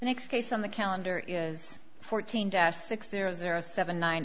next case on the calendar is fourteen dash six zero zero seven nine